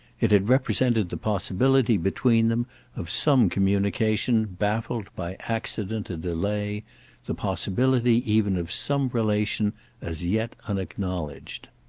it had represented the possibility between them of some communication baffled by accident and delay the possibility even of some relation as yet unacknowledged.